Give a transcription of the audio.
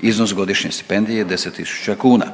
Iznos godišnje stipendije je 10 tisuća kuna.